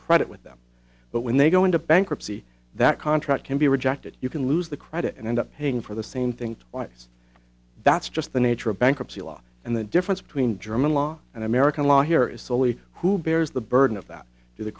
credit with them but when they go into bankruptcy that contract can be rejected you can lose the credit and end up paying for the same thing twice that's just the nature of bankruptcy law and the difference between german law and american law here is soley who bears the burden of that to the